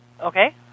Okay